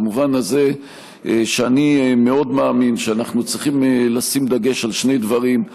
במובן הזה שאני מאוד מאמין שאנחנו צריכים לשים דגש על שני דברים: